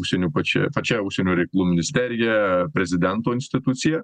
užsienio pačia pačia užsienio reikalų ministerija prezidento institucija